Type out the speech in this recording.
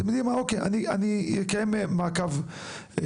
אתם יודעים מה, אני אקיים מעקב בנושא.